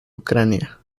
ucrania